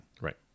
Right